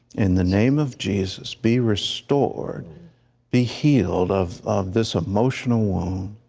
in the name of jesus, be restored be healed of of this emotional wound.